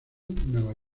nueva